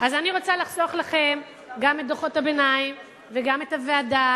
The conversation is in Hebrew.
אז אני רוצה לחסוך לכם גם את דוחות הביניים וגם את הוועדה.